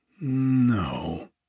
No